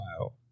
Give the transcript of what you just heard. Wow